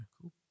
Cool